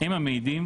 הם המעידים